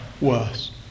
worse